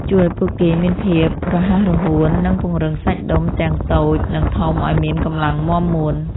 ជួយឱ្យពួកគេមានភាពរហ័សរហួន និងពង្រឹងសាច់ដុំទាំងតូចនិងធំឱ្យមានកម្លាំងមាំមួន។